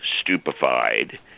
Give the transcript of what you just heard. stupefied